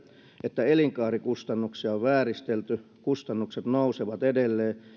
että elinkaarikustannuksia on vääristelty kustannukset nousevat edelleen